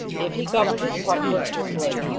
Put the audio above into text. if he governed his part virtuously.